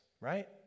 right